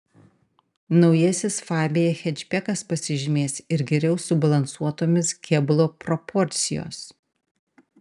naujasis fabia hečbekas pasižymės ir geriau subalansuotomis kėbulo proporcijos